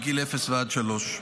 מגיל אפס ועד גיל שלוש.